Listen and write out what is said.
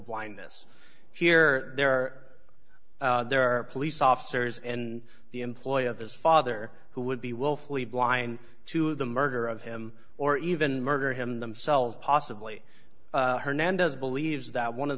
blindness here there there are police officers and the employee of his father who would be willfully blind to the murder of him or even murder him themselves possibly hernandez believes that one of